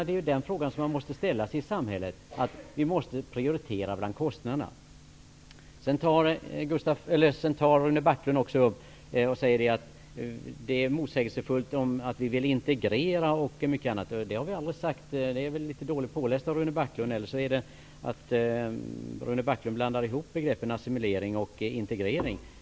Det är den uppgiften man måste ställa sig i samhället: Vi måste prioritera bland kostnaderna. Sedan sade Rune Backlund också att det är motsägelsefullt att vi vill integrera invandrare och flyktingar. Det har vi aldrig sagt. Där är nog Rune Backlund litet dåligt påläst, eller också blandar han ihop begreppen assimilering och integrering.